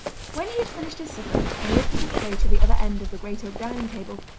when he had finished his supper, and lifted the tray to the other end of the great oak dining-table,